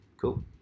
Cool